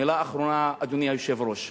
מלה אחרונה, אדוני היושב-ראש: